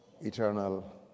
eternal